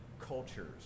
cultures